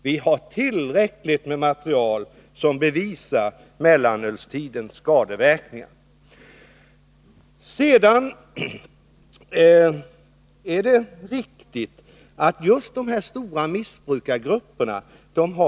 Vi har tillräckligt med material som bevisar mellanölstidens skadeverkningar.